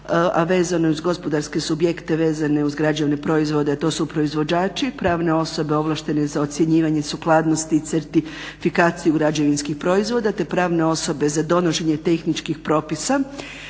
vezano uz gospodarske subjekte vezane uz građevne proizvode a to su proizvođači, pravne osobe ovlaštene za ocjenjivanje sukladnosti i certifikaciju građevinskih proizvoda te pravne osobe za donošenje tehničkih propisa